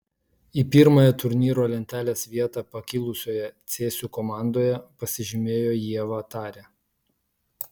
į pirmąją turnyro lentelės vietą pakilusioje cėsių komandoje pasižymėjo ieva tarė